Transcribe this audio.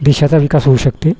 देशाचा विकास होऊ शकते